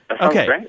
Okay